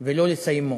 ולא לסיימו,